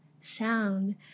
Sound